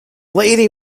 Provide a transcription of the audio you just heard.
lady